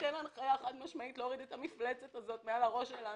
שתיתן הנחיה חד-משמעית להוריד את המפלצת הזאת מעל הראש שלנו.